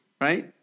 right